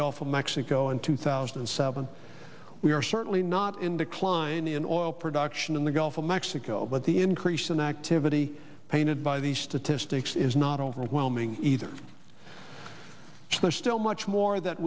gulf of mexico in two thousand and seven we are certainly not in decline in oil production in the gulf of mexico but the increase in activity painted by these statistics is not overwhelming either so there's still much more that